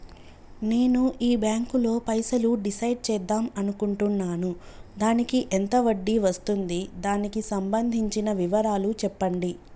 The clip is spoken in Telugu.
నేను ఈ బ్యాంకులో పైసలు డిసైడ్ చేద్దాం అనుకుంటున్నాను దానికి ఎంత వడ్డీ వస్తుంది దానికి సంబంధించిన వివరాలు చెప్పండి?